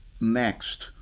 next